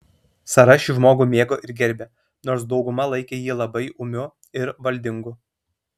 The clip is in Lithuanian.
sara šį žmogų mėgo ir gerbė nors dauguma laikė jį labai ūmiu ir valdingu